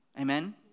Amen